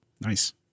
Nice